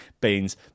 beans